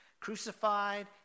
crucified